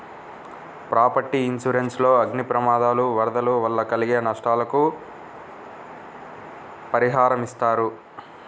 property insurance లో అగ్ని ప్రమాదాలు, వరదలు వల్ల కలిగే నష్టాలకు పరిహారమిస్తారు